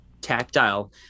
tactile